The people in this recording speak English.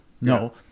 no